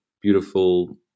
Beautiful